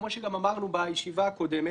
כמו שגם אמרנו בישיבה הקודמת,